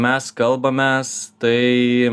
mes kalbamės tai